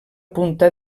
punta